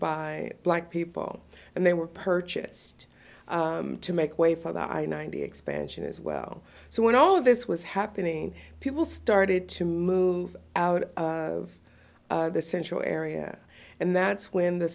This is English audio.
by black people and they were purchased to make way for the i ninety expansion as well so when all of this was happening people started to move out of the central area and that's when the